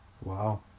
Wow